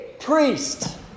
Priest